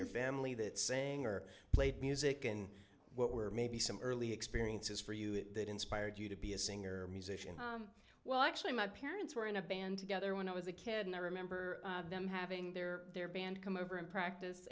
your family that saying or played music and what were maybe some early experiences for you it that inspired you to be a singer musician well actually my parents were in a band together when i was a kid and i remember them having their their band come over and practice